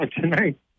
tonight